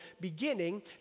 beginning